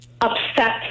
upset